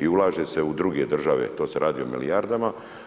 i ulaže se u druge države, tu se radi o milijardama.